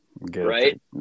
right